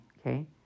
okay